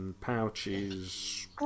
pouches